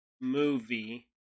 movie